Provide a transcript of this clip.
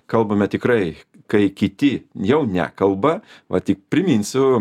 kalbame tikrai kai kiti jau nekalba va tik priminsiu